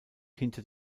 hinter